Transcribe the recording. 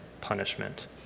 punishment